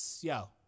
Yo